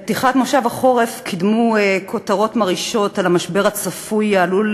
את פתיחת מושב החורף קידמו כותרות מרעישות על המשבר הצפוי העלול,